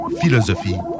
philosophie